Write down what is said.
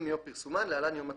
מיום פרסומן (להלן - יום התחילה)."